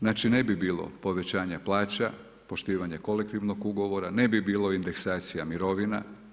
Znači ne bi bilo povećanja plaća, poštivanja kolektivnog ugovora, ne bi bilo indeksacija mirovina.